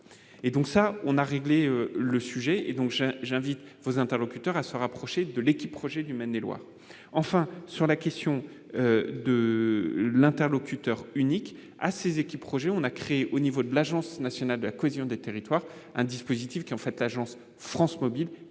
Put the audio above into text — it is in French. opérateurs, on a réglé le sujet. J'invite donc vos interlocuteurs à se rapprocher de l'équipe projet de Maine-et-Loire. Enfin, sur la question de l'interlocuteur unique à ces équipes projets, nous avons créé, au sein de l'Agence nationale de la cohésion des territoires, un dispositif, l'Agence France mobile,